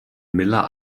miller